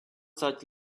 such